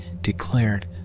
declared